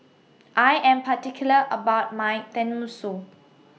I Am particular about My Tenmusu